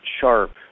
sharp